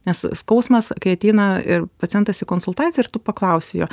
nes skausmas kai ateina ir pacientas į konsultaciją ir tu paklausi jo